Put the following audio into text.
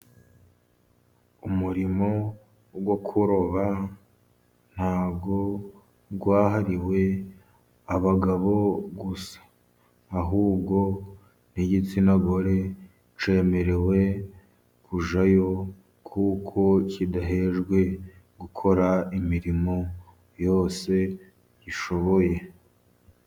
Umurimo wo kuroba ntabwo wahariwe abagabo gusa, ahubwo n'igitsina gore cyemerewe kujyayo, kuko kidahejwe gukora imirimo yose gishoboye.